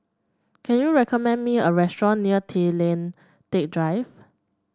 can you recommend me a restaurant near Tay Lian Teck Drive